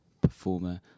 performer